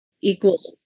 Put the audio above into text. equals